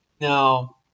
now